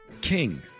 king